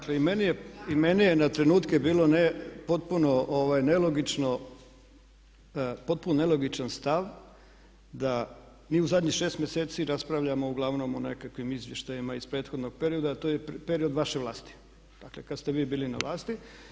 Dakle i meni je na trenutke bilo, potpuno nelogično, potpuno nelogičan stav da mi u zadnjih 6 mjeseci raspravljamo uglavnom o nekakvim izvještajima iz prethodnog perioda a to je period vaše vlasti, dakle kada ste vi bili na vlasti.